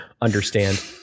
understand